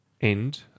End